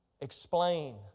explain